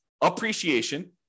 appreciation